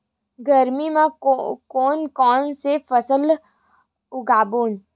गरमी मा कोन कौन से फसल उगाबोन?